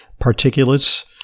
particulates